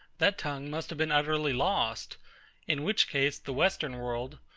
that tongue must have been utterly lost in which case, the western world,